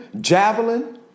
javelin